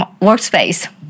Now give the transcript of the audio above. workspace